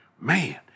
Man